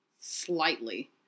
slightly